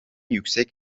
yüksek